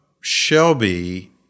Shelby